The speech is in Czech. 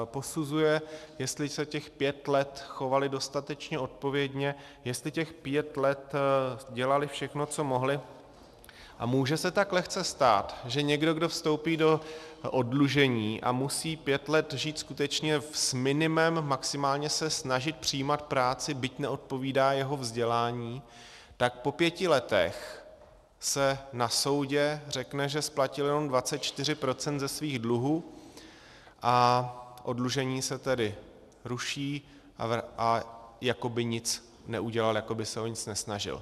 Posuzuje, jestli se těch pět let chovali dostatečně odpovědně, jestli těch pět let dělali všechno, co mohli, a může se tak lehce stát, že někdo, kdo vstoupí do oddlužení a musí pět let žít skutečně s minimem, maximálně se snažit přijímat práci, byť neodpovídá jeho vzdělání, tak po pěti letech se na soudu řekne, že splatil jenom 24 % ze svých dluhů, a oddlužení se tedy ruší a jako by nic neudělal, jako by se o nic nesnažil.